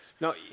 No